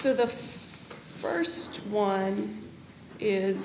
so the first one is